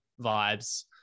vibes